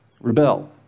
rebel